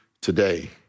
today